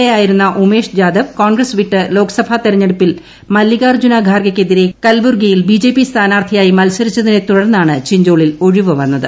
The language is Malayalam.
എ ആയിരുന്ന ഉമേഷ് ജാദവ് കോൺഗ്രസ് വിട്ട് ലോക്സഭാ തെരഞ്ഞെടുപ്പിൽ മല്ലികാർജ്ജുന ഖാർഗേയ്ക്കെതിരെ കൽബുർഗിയിൽ ബിജെപിട് സ്ഥാനാർത്ഥിയായി മത്സരിച്ചതിനെ തുടർന്നാണ് ചിഞ്ചോളിൽ ഒഴിവ് വന്നത്